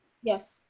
yes.